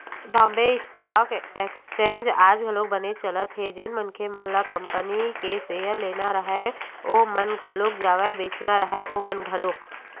Bombay stock exchange आज घलोक बनेच चलत हे जेन मनखे मन ल कंपनी के सेयर लेना राहय ओमन घलोक जावय बेंचना राहय ओमन घलोक